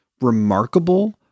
remarkable